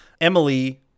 Emily